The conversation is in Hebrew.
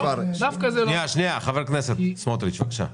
חבר הכנסת סמוטריץ' בבקשה.